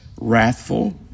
wrathful